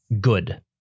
good